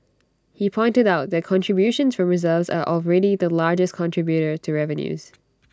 he pointed out that contributions from reserves are already the largest contributor to revenues